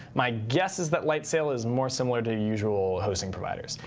my guess is that lightsail is more similar to usual hosting providers.